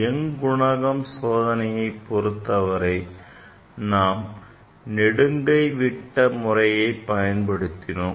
young குணகம் சோதனையை பொருத்தவரை நாம் நெடுங்கை விட்ட முறையை பயன்படுத்தினோம்